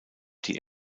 die